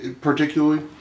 particularly